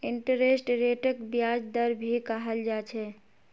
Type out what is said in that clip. interest रेटक ब्याज दर भी कहाल जा छे